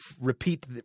Repeat